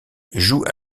joue